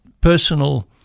personal